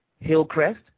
Hillcrest